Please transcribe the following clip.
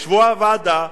ישבו הוועדה,